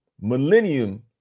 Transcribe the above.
millennium